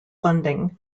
funding